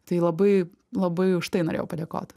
tai labai labai už tai norėjau padėkot